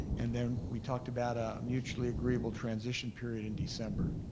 and then we talked about a mutually agreeable transition period in december